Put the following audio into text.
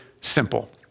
simple